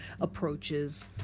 approaches